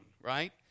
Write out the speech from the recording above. right